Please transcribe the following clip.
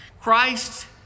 Christ